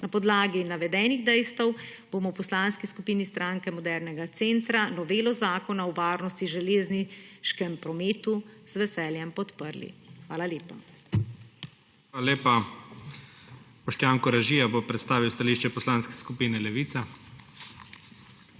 Na podlagi navedenih dejstev bomo v Poslanski skupini Stranke modernega centra novelo Zakona o varnosti v železniškem prometu z veseljem podprli. Hvala lepa. **PREDSEDNIK IGOR ZORČIČ:** Hvala lepa. Boštjan Koražija bo predstavil stališče Poslanske skupine Levica.